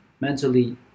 mentally